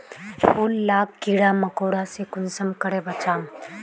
फूल लाक कीड़ा मकोड़ा से कुंसम करे बचाम?